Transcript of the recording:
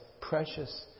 precious